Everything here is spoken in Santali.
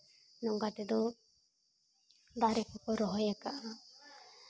ᱱᱚᱝᱠᱟ ᱛᱮᱫᱚ ᱫᱟᱨᱮ ᱠᱚᱠᱚ ᱨᱚᱦᱚᱭᱟᱠᱟᱫᱼᱟ